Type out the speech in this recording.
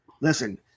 listen